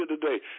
today